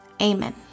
Amen